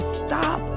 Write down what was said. stop